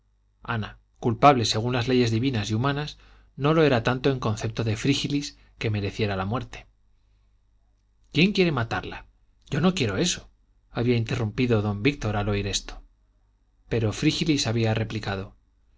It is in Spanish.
ana culpable según las leyes divinas y humanas no lo era tanto en concepto de frígilis que mereciera la muerte quién quiere matarla yo no quiero eso había interrumpido don víctor al oír esto pero frígilis había replicado